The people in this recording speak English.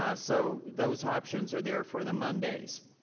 ah so those options are there for the mondays.